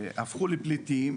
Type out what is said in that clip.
הפכו לפליטים,